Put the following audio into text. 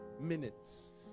minutes